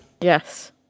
Yes